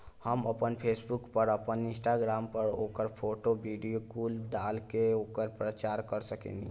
हम आपना फेसबुक पर, आपन इंस्टाग्राम पर ओकर फोटो, वीडीओ कुल डाल के ओकरा के प्रचार कर सकेनी